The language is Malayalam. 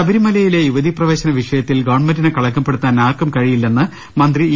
ശബരിമലയിലെ യുവതി പ്രവേശന വിഷയത്തിൽ ഗവൺമെന്റിനെ കളങ്ക പ്പെടുത്താൻ ആർക്കും കഴിയില്ലെന്ന് മന്ത്രി ഇ